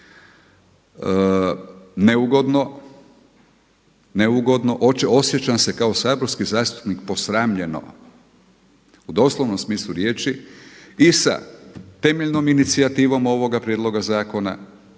neugodno, osjećam se kao saborski zastupnik posramljeno u doslovnom smislu riječi i sa temeljnom inicijativom ovoga prijedloga zakona